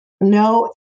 no